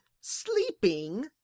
sleeping